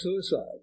suicide